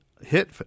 hit